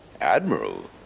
Admiral